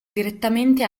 direttamente